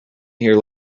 here